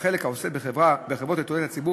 והחלק העוסק בחברות לתועלת הציבור